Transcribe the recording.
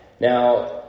Now